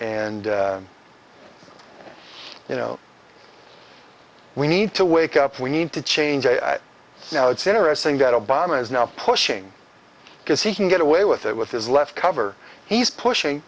and you know we need to wake up we need to change now it's interesting that obama is now pushing because he can get away with it with his left cover he's pushing